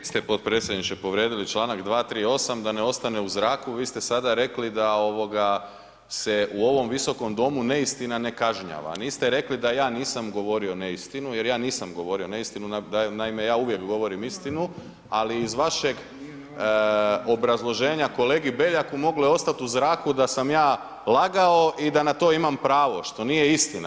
Vi ste potpredsjedniče povrijedili čl. 238 da ne ostane u zraku, vi ste sada rekli da se u ovom Visokom domu neistina ne kažnjava, niste rekli da ja nisam govorio neistinu jer ja nisam govorio neistinu, naime ja uvijek govorim istinu ali iz vašeg obrazloženja kolegi Beljaku moglo je ostat u zraku da sam ja lagao i da na to imam pravo što nije istina.